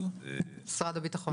משרד הביטחון.